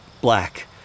black